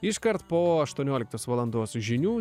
iškart po aštuonioliktos valandos žinių